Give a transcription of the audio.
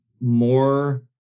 more